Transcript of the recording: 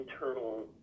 internal